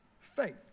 faith